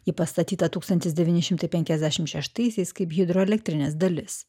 ji pastatyta tūkstantis devyni šimtai penkiasdešim šeštaisiais kaip hidroelektrinės dalis